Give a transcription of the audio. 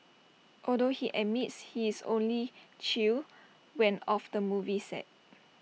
although he admits he is only chill when off the movie set